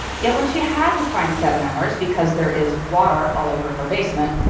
yet when she had to find seven hours because there is water all over her basement,